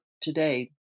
today